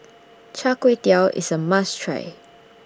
Char Kway Teow IS A must Try